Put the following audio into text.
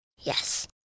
Yes